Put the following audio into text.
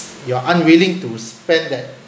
you are unwilling to spend that